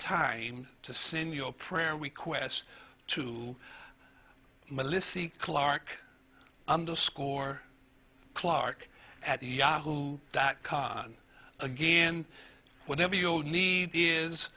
time to send your prayer requests to melissy clark underscore clark at yahoo dot com again whatever your need is